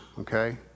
okay